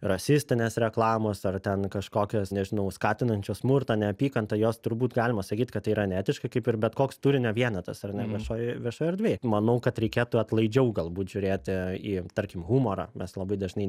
rasistinės reklamos ar ten kažkokios nežinau skatinančios smurtą neapykantą jos turbūt galima sakyti kad tai yra neetiška kaip ir bet koks turinio vienetas ar ne viešoj viešoj erdvėj manau kad reikėtų atlaidžiau galbūt žiūrėti į tarkim humorą mes labai dažnai